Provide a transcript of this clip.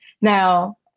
Now